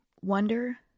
wonder